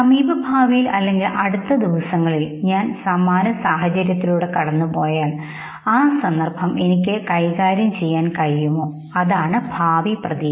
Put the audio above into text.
സമീപ ഭാവിയിൽ അല്ലെങ്കിൽ അടുത്ത ദിവസങ്ങളിൽ ഞാൻ സമാന സാഹചര്യത്തിലൂടെ കടന്നു പോയാൽ ആ സന്ദർഭം എനിക്ക്കൈകാര്യം ചെയ്യാൻ കഴിയുമോഅതാണ് ഭാവി പ്രതീക്ഷ